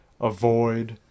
avoid